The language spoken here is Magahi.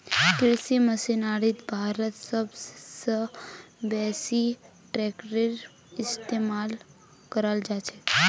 कृषि मशीनरीत भारतत सब स बेसी ट्रेक्टरेर इस्तेमाल कराल जाछेक